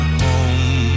home